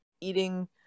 eating